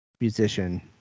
musician